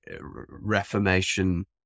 Reformation